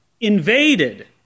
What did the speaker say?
invaded